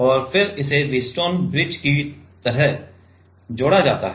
और फिर इसे व्हीटस्टोन ब्रिज की तरह जोड़ा जाता है